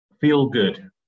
feel-good